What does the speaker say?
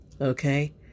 Okay